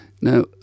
Now